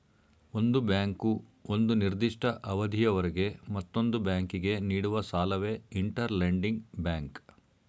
ಒಂದು ಬ್ಯಾಂಕು ಒಂದು ನಿರ್ದಿಷ್ಟ ಅವಧಿಯವರೆಗೆ ಮತ್ತೊಂದು ಬ್ಯಾಂಕಿಗೆ ನೀಡುವ ಸಾಲವೇ ಇಂಟರ್ ಲೆಂಡಿಂಗ್ ಬ್ಯಾಂಕ್